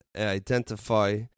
identify